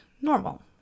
normal